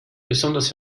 besonders